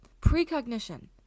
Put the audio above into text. precognition